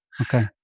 Okay